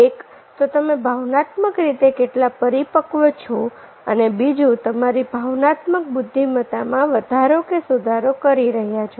એક તો તમે ભાવનાત્મક રીતે કેટલા પરિપક્વ છો અને બીજું તમારી ભાવનાત્મક બુદ્ધિમત્તામાં વધારો કે સુધારો કરી રહ્યાં છે